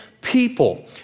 people